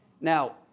Now